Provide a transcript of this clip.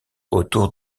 autour